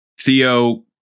theo